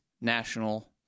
national